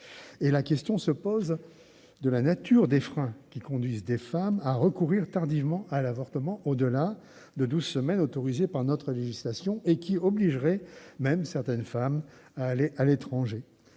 ? La question se pose de la nature des freins qui conduisent des femmes à recourir tardivement à l'avortement, au-delà du délai de douze semaines autorisé par notre législation, et qui obligeraient même certaines d'entre elles à se rendre